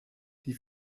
die